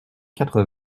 quatre